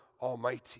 Almighty